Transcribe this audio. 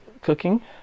cooking